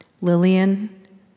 Lillian